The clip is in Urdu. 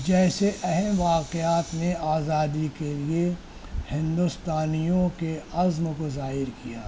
جیسے اہم واقعات نے آزادی کے لیے ہندوستانیوں کے عزم کو ظاہر کیا